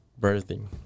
birthing